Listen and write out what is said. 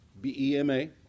B-E-M-A